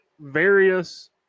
various